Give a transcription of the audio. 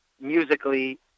musically